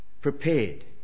prepared